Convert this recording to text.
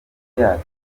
yacu